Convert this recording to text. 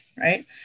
right